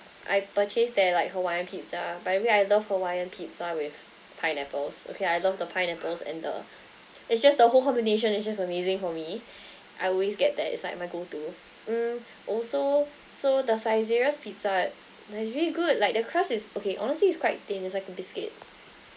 I purchased their like hawaiian pizza by the way I love hawaiian pizza with pineapples okay I love the pineapples and the it's just the whole combination is just amazing for me I always get that it's like my go to mm also so the saizeriya's pizza nice very good like the crust is okay honestly it's quite thin it's like a biscuit